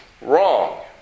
wrong